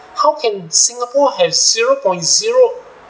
how can singapore have zero point zero